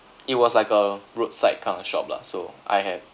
it was like a roadside kind of shop lah so I have